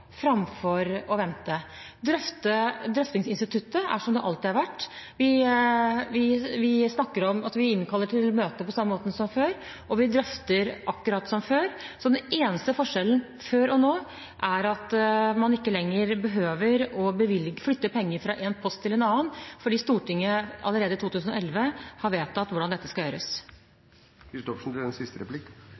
framfor å vente. Drøftingsinstituttet er som det alltid har vært. Vi snakker om at vi innkaller til møter på samme måte som før, og vi drøfter akkurat som før, så den eneste forskjellen på før og nå er at man ikke lenger behøver å flytte penger fra en post til en annen, fordi Stortinget allerede i 2011 har vedtatt hvordan dette skal gjøres. Det var et oppklarende svar. Da legger jeg til